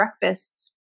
breakfasts